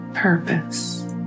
Purpose